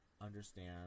understand